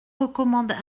recommande